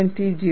1 થી 0